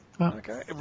Okay